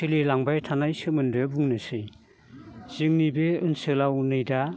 सोलिलांबाय थानाय सोमोन्दै बुंनोसै जोंनि बे ओनसोलाव नै दा